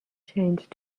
changed